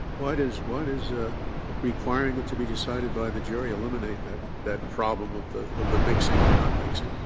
why does why does ah requiring it to be decided by the jury eliminate that that problem of the of the mixing or not mixing?